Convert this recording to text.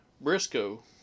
briscoe